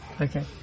okay